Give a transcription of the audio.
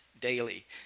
daily